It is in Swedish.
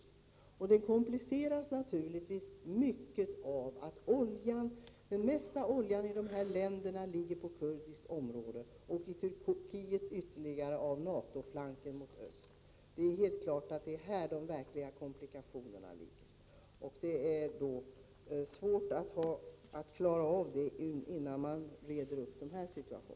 Situationen kompliceras naturligtvis mycket av att den mesta oljan i dessa länder ligger på kurdiskt område och av NATO-flanken mot öst i Turkiet. Det är helt klart här de verkliga komplikationerna finns. Det är svårt att lösa problemen innan den situationen reds upp.